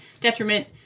detriment